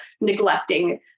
neglecting